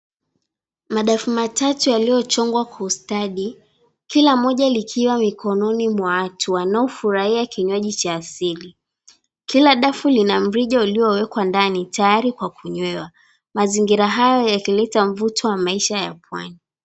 Madafu matatu yaliochongwa kwa ustadi, kila moja likiwa mikononi mwa watu wanaofurahia kinywaji cha asili. Kila dafu lina mrija ulio ekwa ndani tayari kwa kunywewa. Mazingira hayo yakileta mvuto wa maisha ya pwani